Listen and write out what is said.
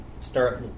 start